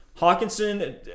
Hawkinson